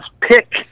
pick